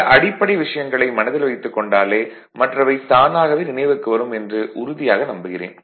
சில அடிப்படை விஷயங்களை மனதில் வைத்துக் கொண்டாலே மற்றவை தானாகவே நினைவுக்கு வரும் என்று உறுதியாக நம்புகிறேன்